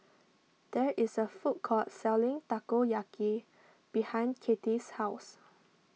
there is a food court selling Takoyaki behind Kattie's house